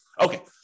okay